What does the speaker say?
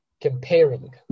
comparing